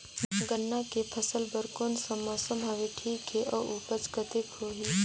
गन्ना के फसल बर कोन सा मौसम हवे ठीक हे अउर ऊपज कतेक होही?